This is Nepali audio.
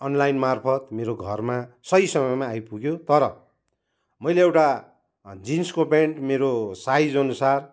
अनलाइन मार्फत् मेरो घरमा सही समयमा आइपुग्यो तर मैले एउटा जिन्सको पेन्ट मेरो साइजअनुसार